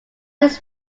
its